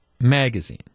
magazine